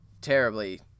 terribly